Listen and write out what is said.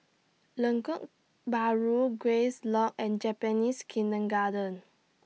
Lengkok Bahru Grace Lodge and Japanese Kindergarten